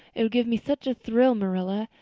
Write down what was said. it would give me such a thrill, marilla,